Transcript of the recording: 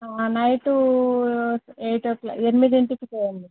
night eight o'clock ఎనిమిదింటికి పోయేవి